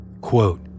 quote